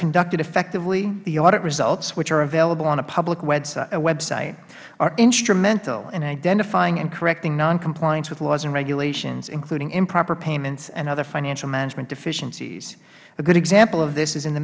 conducted effectively the audit results which are available on a public website are instrumental in identifying and correcting noncompliance with laws and regulations including improper payments and other financial management deficiencies a good example of this is in the